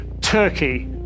Turkey